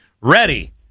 ready